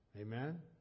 Amen